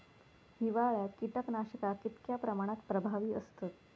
हिवाळ्यात कीटकनाशका कीतक्या प्रमाणात प्रभावी असतत?